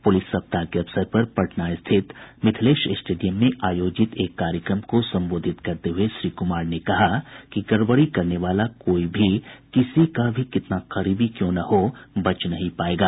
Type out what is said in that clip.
police सप्ताह के अवसर पर पटना स्थित मिथिलेश स्टेडियम में आयोजित एक कार्यक्रम को संबोधित करते हुए श्री कुमार ने कहा कि गड़बड़ी करने वाला कोई भी किसी का भी कितना करीबी क्यों न हो बच नहीं पायेगा